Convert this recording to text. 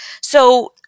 So-